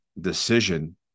decision